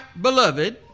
beloved